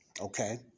Okay